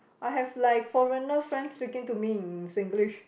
I have like foreigner friends speaking to me in Singlish